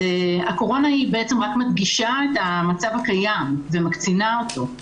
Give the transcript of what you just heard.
הקורונה רק מדגישה את המצב הקיים ומקצינה אותו,